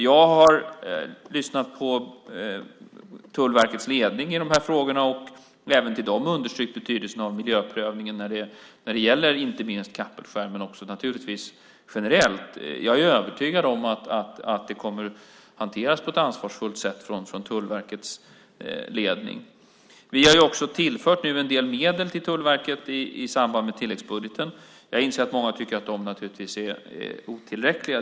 Jag har lyssnat på Tullverkets ledning i de här frågorna och även för dem understrukit betydelsen av miljöprövningen när det gäller inte minst Kapellskär, men också naturligtvis generellt. Jag är övertygad om att det kommer att hanteras på ett ansvarsfullt sätt av Tullverkets ledning. Vi har också tillfört en del medel till Tullverket i samband med tilläggsbudgeten. Jag inser att många tycker att de är otillräckliga.